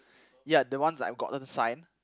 ya the ones that I've gotten signed